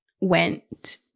went